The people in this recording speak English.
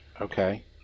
Okay